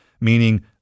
meaning